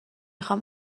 خوام